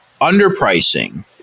underpricing